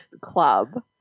club